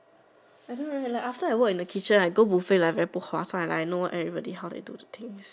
I don't know leh like after I work in the kitchen I go buffet like very 不划算 like I know everybody how they do the thing leh